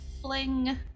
fling